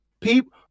People